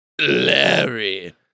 Larry